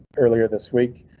earlier this week,